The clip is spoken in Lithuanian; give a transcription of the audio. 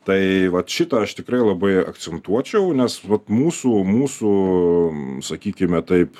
tai vat šitą aš tikrai labai akcentuočiau nes vat mūsų mūsų sakykime taip